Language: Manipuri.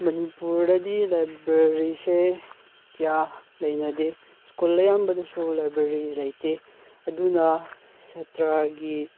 ꯃꯅꯤꯄꯨꯔꯗꯗꯤ ꯂꯥꯏꯕ꯭ꯔꯦꯔꯤꯁꯦ ꯀꯌꯥ ꯂꯩꯅꯗꯦ ꯁ꯭ꯀꯨꯜ ꯑꯌꯥꯝꯕꯗꯁꯨ ꯂꯥꯏꯕ꯭ꯔꯦꯔꯤ ꯂꯩꯇꯦ ꯑꯗꯨꯅ ꯁꯥꯇ꯭ꯔꯒꯤ